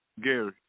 Gary